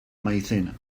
maizena